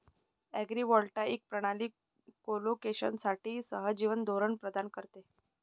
agrivoltaic प्रणाली कोलोकेशनसाठी सहजीवन धोरण प्रदान करते